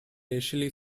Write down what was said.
racially